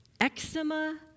eczema